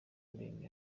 ndende